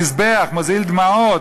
המזבח מזיל דמעות,